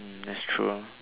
mm that's true lor